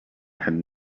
had